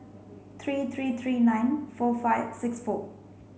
three three three nine four five six four